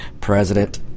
President